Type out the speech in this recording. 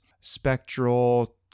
spectral